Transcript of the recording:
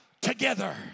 together